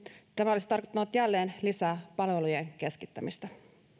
tämä olisi tarkoittanut jälleen lisää palvelujen keskittämistä